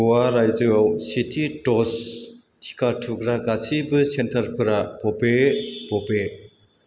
ग'वा रायजोयाव सेथि द'ज टिका थुग्रा गासिबो सेन्टारफोरा बबे बबे